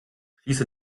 schließe